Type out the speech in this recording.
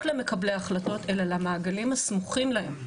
למקבלי החלטות אלא למעגלים הסמוכים להם.